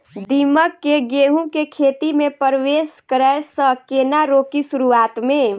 दीमक केँ गेंहूँ केँ खेती मे परवेश करै सँ केना रोकि शुरुआत में?